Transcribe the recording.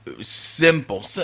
simple